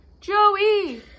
Joey